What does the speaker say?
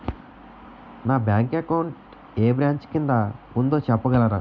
నా bank account ఏ branch కిందా ఉందో చెప్పగలరా?